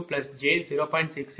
62j0